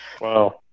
Wow